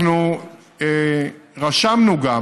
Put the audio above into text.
אנחנו רשמנו גם